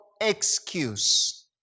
excuse